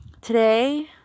Today